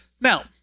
Now